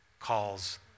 Calls